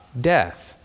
death